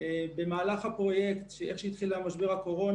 על-פי הנתונים שלכם,